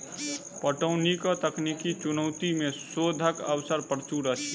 पटौनीक तकनीकी चुनौती मे शोधक अवसर प्रचुर अछि